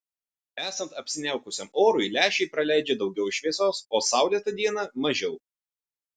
esant apsiniaukusiam orui lęšiai praleidžia daugiau šviesos o saulėtą dieną mažiau